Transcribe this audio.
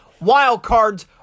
Wildcards